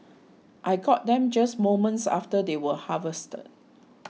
I got them just moments after they were harvested